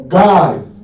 guys